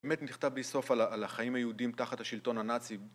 באמת נכתב לסוף על החיים היהודים תחת השלטון הנאצי.